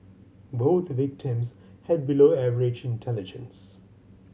both victims had below average intelligence